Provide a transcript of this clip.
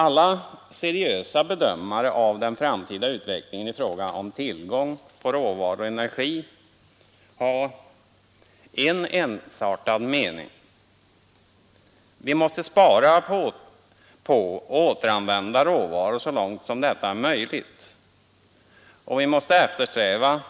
Alla seriösa bedömare av den framtida utvecklingen i fråga om tillgång på råvaror och energi har en ensartad mening: Vi måste spara på och återanvända råvaror så långt detta är möjligt, och vi måste eftersträva